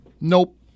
nope